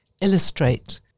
illustrate